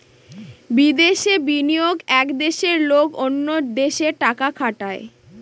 বিদেশে বিনিয়োগ এক দেশের লোক অন্য দেশে টাকা খাটায়